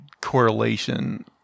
correlation